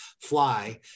fly